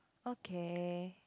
okay